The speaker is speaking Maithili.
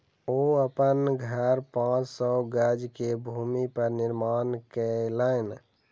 ओ अपन घर पांच सौ गज के भूमि पर निर्माण केलैन